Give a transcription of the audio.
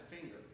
finger